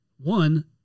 one